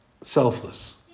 selfless